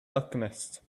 alchemist